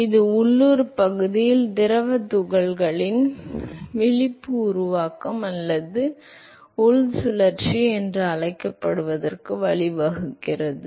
எனவே இது உள்ளூர் பகுதியில் திரவத் துகள்களின் விழிப்பு உருவாக்கம் அல்லது உள் சுழற்சி என்று அழைக்கப்படுவதற்கு வழிவகுக்கிறது